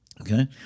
Okay